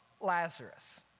Lazarus